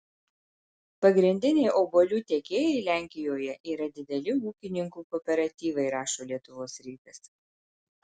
pagrindiniai obuolių tiekėjai lenkijoje yra dideli ūkininkų kooperatyvai rašo lietuvos rytas